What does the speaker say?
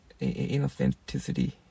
inauthenticity